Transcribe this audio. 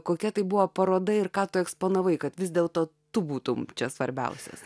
kokia tai buvo paroda ir ką tu eksponavai kad vis dėl to tu būtumei čia svarbiausias